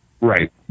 Right